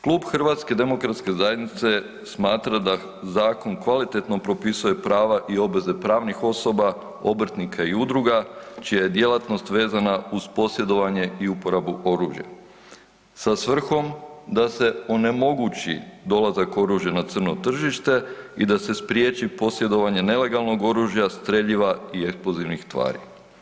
Klub HDZ-a smatra da zakon kvalitetno propisuje prava i obveze pravnih osoba, obrtnika i udruga čija je djelatnost vezana uz posjedovanje i uporabu oružja, sa svrhom da se onemogući dolazak oružja na crno tržište i da se spriječi posjedovanje nelegalnog oružja, streljiva i eksplozivnih tvari.